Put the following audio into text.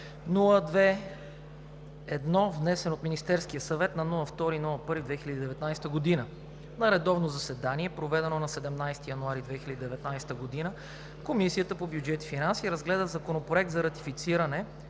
902-02-1, внесен от Министерския съвет на 2 януари 2019 г. На редовно заседание, проведено на 17 януари 2019 г., Комисията по бюджет и финанси разгледа Законопроект за ратифициране